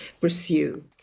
pursue